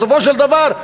בסופו של דבר,